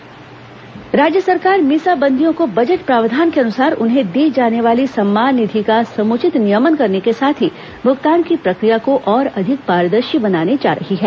मीसा बंदी सम्मान निधि राज्य सरकार मीसा बंदियों को बजट प्रावधान के अनुसार उन्हें दी जाने वाली सम्मान निधि का समुचित नियमन करने के साथ ही भूगतान की प्रक्रिया को और अधिक पारदर्शी बनाने जा रही है